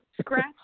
scratch